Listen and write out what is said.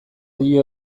dio